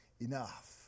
enough